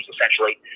essentially